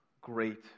great